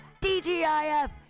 DGIF